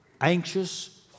Anxious